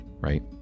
right